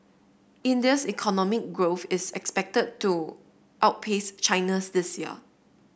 India's economic growth is expected to outpace China's this year